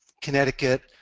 connecticut,